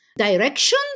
direction